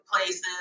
places